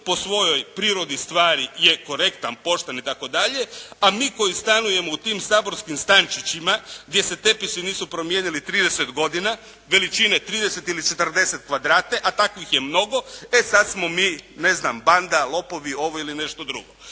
po svojoj prirodi stvari je korektan, pošten itd., a mi koji stanujemo u tim saborskim stančićima, gdje se tepisi nisu promijenili 30 godina, veličine 30 ili 40 kvadrata, a takvih je mnogo, e sad smo mi, ne znam, banda, lopovi, ovo ili nešto drugo.